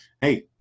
Hey